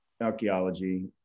archaeology